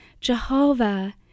Jehovah